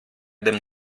dem